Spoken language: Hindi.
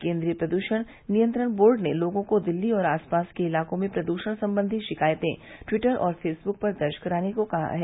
केन्द्रीय प्रद्षण नियंत्रण बोर्ड ने लोगों को दिल्ली और आसपास के इलाकों में प्रद्यण संबंधी शिकायते ट्विटर और फेसबुक पर दर्ज कराने को कहा है